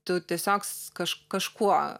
tu tiesiog s kaž kažkuo